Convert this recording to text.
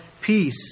Peace